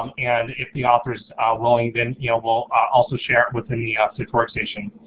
um and if the author's willing then yeah we'll also share it within the ah sift workstation.